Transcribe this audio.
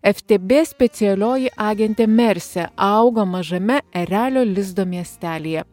ef te bė specialioji agentė mersė augo mažame erelio lizdo miestelyje